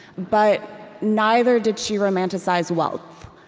but neither did she romanticize wealth.